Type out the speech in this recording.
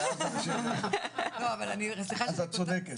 פעם לימדו אותי לומר, אתה צודק, אז את צודקת.